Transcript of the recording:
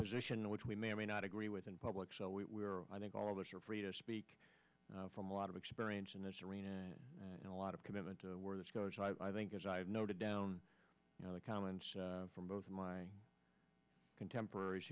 position which we may or may not agree with in public so we i think all of us are free to speak from a lot of experience in this arena and a lot of commitment to where this goes i think as i have noted down you know the comments from both of my contemporaries